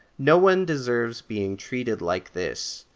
no one deserves being treated like this.